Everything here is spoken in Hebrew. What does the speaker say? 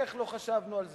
איך לא חשבנו על זה?